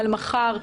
על מחר,